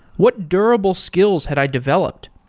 what durable skills had i developed?